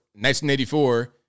1984